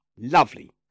lovely